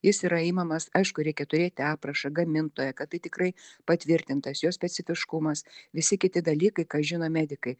jis yra imamas aišku reikia turėti aprašą gamintoją kad tai tikrai patvirtintas jo specifiškumas visi kiti dalykai ką žino medikai